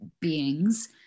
beings